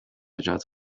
جات